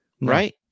right